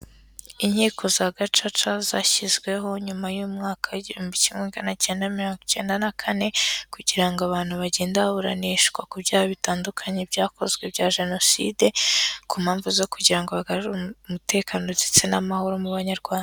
Inkiko za gacaca zashyizweho nyuma y'umwaka igihumbi kimwe magana cyenda na mirongo icyenda na kane, kugira ngo abantu bagende baburanishwa ku byaha bitandukanye byakozwe bya jenoside, ku mpamvu zo kugira ngo bagarure umutekano ndetse n'amahoro mu banyarwanda.